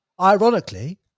ironically